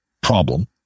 problem